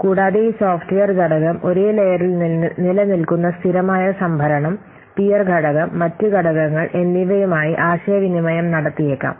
കൂടാതെ ഈ സോഫ്റ്റ്വെയർ ഘടകം ഒരേ ലെയറിൽ നിലനിൽക്കുന്ന സ്ഥിരമായ സംഭരണം പിയർ ഘടകം മറ്റ് ഘടകങ്ങൾ എന്നിവയുമായി ആശയവിനിമയം നടത്തിയേക്കാം